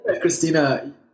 Christina